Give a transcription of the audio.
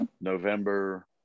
November